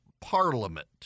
parliament